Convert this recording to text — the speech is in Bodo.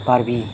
बारबि